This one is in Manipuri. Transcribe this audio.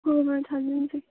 ꯍꯣꯏ ꯍꯣꯏ ꯊꯥꯖꯟꯁꯤ